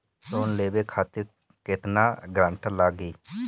Loan लेवे खातिर केतना ग्रानटर लागी?